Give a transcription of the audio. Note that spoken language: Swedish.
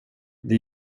det